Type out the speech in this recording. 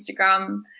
Instagram